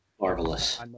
Marvelous